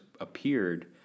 appeared